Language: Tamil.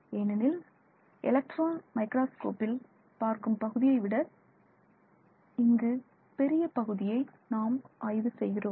ஏனெனில் எலக்ட்ரான் மைக்ராஸ்கோப்பில் பார்க்கும் பகுதியைவிட இங்கு பெரிய பகுதியை நாம் ஆய்வு செய்கிறோம்